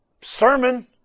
sermon